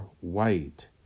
white